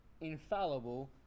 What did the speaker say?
infallible